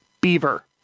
beaver